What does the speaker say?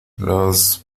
las